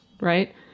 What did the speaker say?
right